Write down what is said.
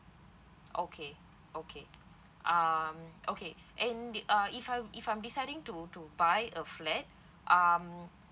okay okay um okay and uh if I'm if I'm deciding to to buy a flat um